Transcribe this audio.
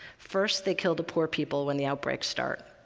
first, they kill the poor people when the outbreaks start,